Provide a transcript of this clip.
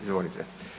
Izvolite.